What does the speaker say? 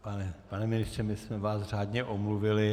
Pane ministře, my jsme vás řádně omluvili.